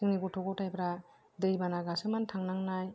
जोंनि गथ' गथायफ्रा दैबाना गासोमनानै थांनांनाय